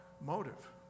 motive